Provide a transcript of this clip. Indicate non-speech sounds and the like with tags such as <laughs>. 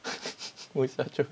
<laughs>